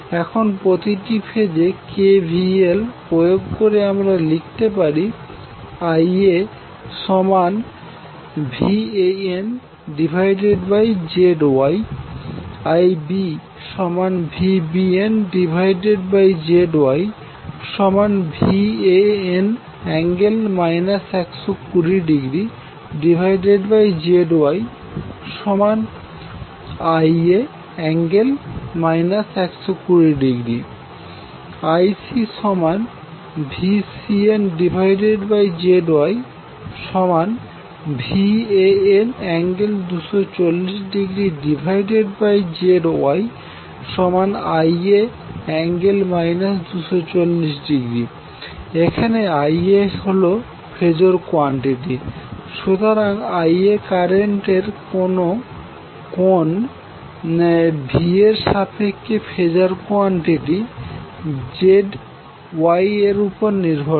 এখন প্রতিটি ফেজে KVL প্রয়োগ করে আমরা লিখতে পারি IaVanZY IbVbnZYVan∠ 120°ZYIa∠ 120° IcVcnZYVan∠ 240°ZYIa∠ 240° এখানেIa হল ফেজর কোয়ান্টিটি সুতরাং Iaকারেন্টের কোন Vaএর সাপেক্ষে ফেজর কোয়ান্টিটি ZY এর উপর নির্ভর করে